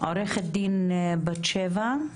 עורכת דין בת שבע,